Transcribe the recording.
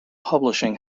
publishing